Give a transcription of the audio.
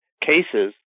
cases